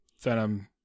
Venom